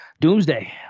Doomsday